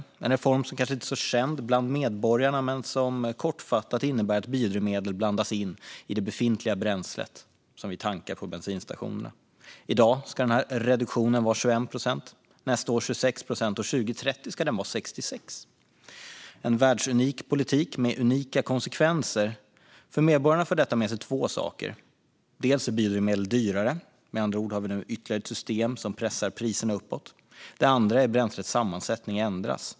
Det är en reform som kanske inte är så känd bland medborgarna men som kortfattat innebär att biodrivmedel blandas in i det befintliga bränslet som vi tankar på bensinstationerna. I dag ska reduktionen vara 21 procent, nästa år 26 procent, och 2030 ska den vara 66 procent - en världsunik politik med unika konsekvenser. För medborgarna för detta med sig två saker. Dels blir biodrivmedel dyrare - med andra ord har vi nu ytterligare ett system som pressar priserna uppåt - dels ändras bränslets sammansättning.